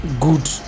good